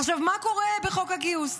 עכשיו, מה קורה בחוק הגיוס?